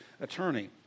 attorney